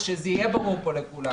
אז שזה יהיה ברור פה לכולם.